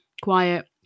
Quiet